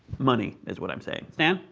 money is what i'm saying. stan,